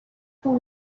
con